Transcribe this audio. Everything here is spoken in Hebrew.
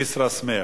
כסרא-סמיע,